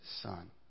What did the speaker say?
son